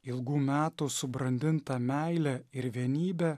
ilgų metų subrandinta meilė ir vienybė